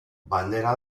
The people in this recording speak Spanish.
bandera